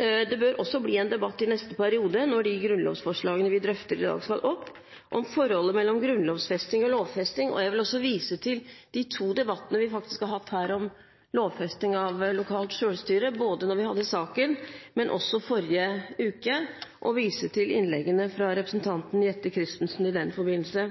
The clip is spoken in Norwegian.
Det bør også bli en debatt i neste periode – når grunnlovsforslagene vi drøfter i dag, skal opp – om forholdet mellom grunnlovfesting og lovfesting. Jeg vil også vise til de to debattene vi faktisk har hatt her om lovfesting av lokalt selvstyre – både da vi hadde saken og også den i forrige uke – og vise til innleggene fra representanten Jette F. Christensen i den forbindelse.